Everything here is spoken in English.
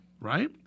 right